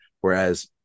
whereas